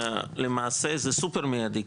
למעשה, זה סופר מידי.